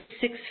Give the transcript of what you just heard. six